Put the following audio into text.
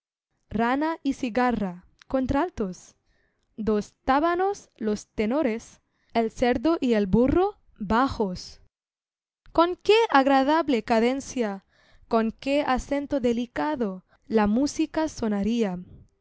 rana y cigarra contraltos dos tábanos los tenores el cerdo y el burro bajos con qué agradable cadencia con qué acento delicado la música sonaría